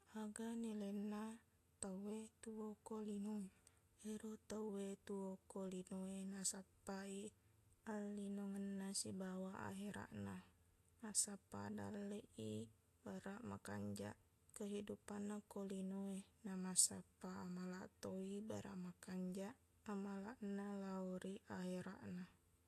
Aga nilainna tauwe tuo ko lino e ero tauwe tuo ko linowe nasappa i allinongenna sibawa akherakna massappaq dalleq i baraq makanjaq kehidupanna ko linowe na masappaq amalaqtoi baraq makanjaq amalaqna lao ri akherakna